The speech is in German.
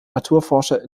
naturforscher